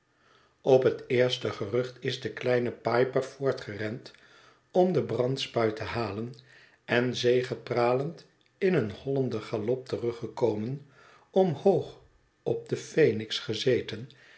op het eerste gerucht is de kleine piper voortgerend om de brandspuit te halen en zegepralend in een hollenden galop teruggekomen omhoog op den phenix gezeten